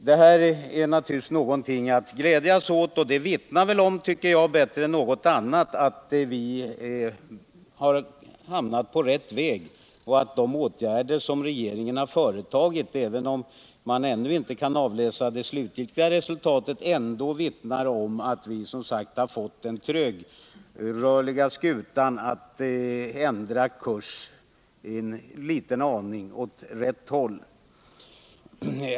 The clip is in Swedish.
Detta är naturligtvis någonting att glädjas åt. Det vittnar, tycker jag, bättre än någonting annat om att vi är på rätt väg och att de åtgärder som regeringen vidtagit varit riktiga — även om man inte kan avläsa det slutgiltiga resultatet av dem. Vi har fått den trögrörliga skutan att ändra kurs en liten aning åt rätt håll.